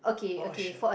or a shirt